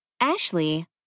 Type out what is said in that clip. Ashley